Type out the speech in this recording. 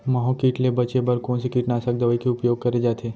माहो किट ले बचे बर कोन से कीटनाशक दवई के उपयोग करे जाथे?